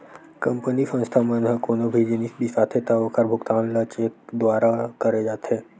company, संस्था मन ह कोनो भी जिनिस बिसाथे त ओखर भुगतान ल चेक दुवारा करे जाथे